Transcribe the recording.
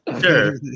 Sure